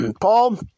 Paul